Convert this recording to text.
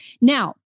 Now